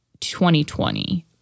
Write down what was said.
2020